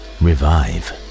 revive